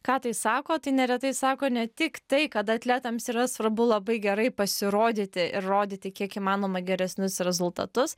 ką tai sako tai neretai sako ne tik tai kad atletams yra svarbu labai gerai pasirodyti ir rodyti kiek įmanoma geresnius rezultatus